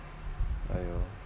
!aiyo!